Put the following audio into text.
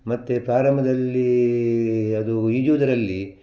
ಮತ್ತು ಪ್ರಾರಂಭದಲ್ಲಿ ಅದು ಈಜುವುದರಲ್ಲಿ